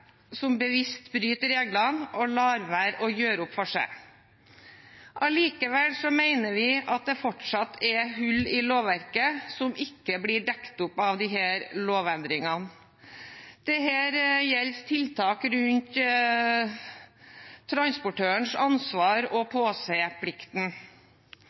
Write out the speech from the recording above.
som bevisst bryter reglene og lar være å gjøre opp for seg. Allikevel mener vi at det fortsatt er hull i lovverket som ikke blir dekt opp av disse lovendringene. Dette gjelder tiltak rundt transportørens ansvar